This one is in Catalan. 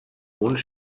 uns